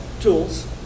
tools